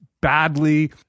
badly